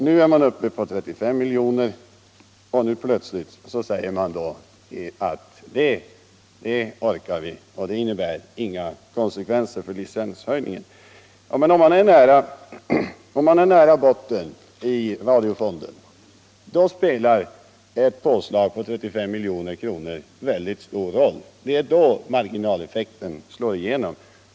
Nu är man uppe i 35 milj.kr., och plötsligt säger man att det orkar vi, det innebär inga konsekvenser för licenshöjningen. Men om vi är nära botten i radiofonden, spelar ett påslag på 35 milj.kr. väldigt stor roll. Det är då marginaleffekten slår igenom.